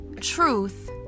truth